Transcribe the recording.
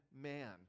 man